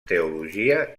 teologia